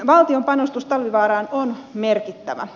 valtion panostus talvivaaraan on merkittävä